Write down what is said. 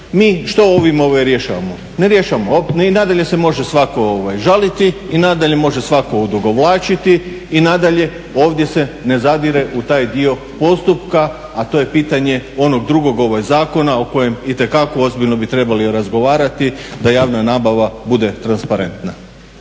mi što ovim rješavamo? Ne rješavamo. I nadalje se može svatko žaliti i nadalje može svatko odugovlačiti i nadalje ovdje se ne zadire u taj dio postupka, a to je pitanje onog drugog zakona o kojem itekako ozbiljno bi trebali razgovarati da javna nabava bude transparentna.